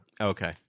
Okay